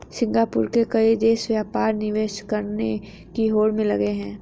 Singapore में कई देश व्यापार निवेश करने की होड़ में लगे हैं